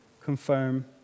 confirm